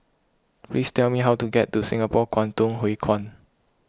please tell me how to get to Singapore Kwangtung Hui Kuan